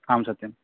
आं सत्यम्